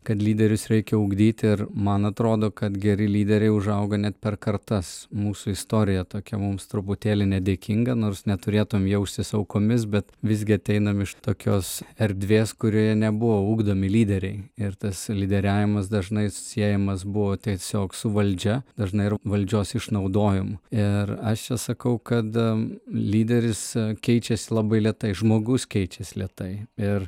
kad lyderius reikia ugdyti ir man atrodo kad geri lyderiai užauga net per kartas mūsų istorija tokia mums truputėlį nedėkinga nors neturėtum jaustis aukomis bet visgi ateinam iš tokios erdvės kurioje nebuvo ugdomi lyderiai ir tas lyderiavimas dažnai siejamas buvo tiesiog su valdžia dažnai ir valdžios išnaudojimu ir aš čia sakau kada lyderis keičiasi labai lėtai žmogus keičias lėtai ir